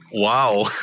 Wow